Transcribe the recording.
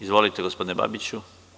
Izvolite, gospodine Babiću.